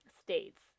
states